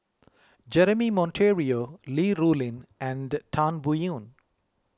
Jeremy Monteiro Li Rulin and Tan Biyun